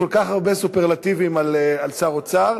כל כך הרבה סופרלטיבים על שר אוצר.